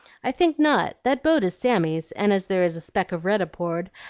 i think not. that boat is sammy's, and as there is a speck of red aboard,